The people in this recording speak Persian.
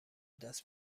دست